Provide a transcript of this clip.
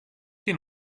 che